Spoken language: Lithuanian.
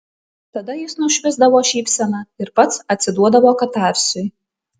tada jis nušvisdavo šypsena ir pats atsiduodavo katarsiui